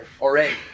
Already